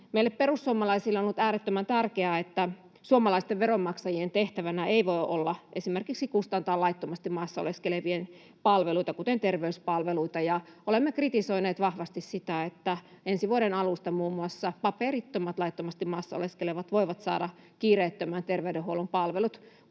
Meille perussuomalaisille on ollut äärettömän tärkeää, että suomalaisten veronmaksajien tehtävänä ei voi olla esimerkiksi kustantaa laittomasti maassa oleskelevien palveluita, kuten terveyspalveluita. Olemme kritisoineet vahvasti sitä, että ensi vuoden alusta muun muassa paperittomat, laittomasti maassa oleskelevat, voivat saada kiireettömän terveydenhuollon palvelut. Kun